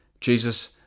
jesus